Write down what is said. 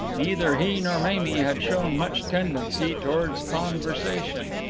neither he nor mamie had shown much tendency towards conversation.